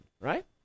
Right